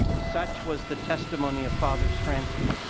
such was the testimony of father stransky.